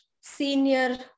senior